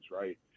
right